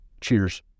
Cheers